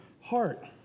heart